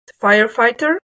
firefighter